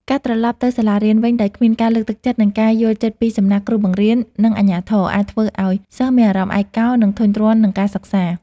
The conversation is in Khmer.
ការត្រឡប់ទៅសាលារៀនវិញដោយគ្មានការលើកទឹកចិត្ត និងការយល់ចិត្តពីសំណាក់គ្រូបង្រៀន និងអាជ្ញាធរ អាចធ្វើឱ្យសិស្សមានអារម្មណ៍ឯកោ និងធុញទ្រាន់នឹងការសិក្សា។